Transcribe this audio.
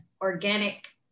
organic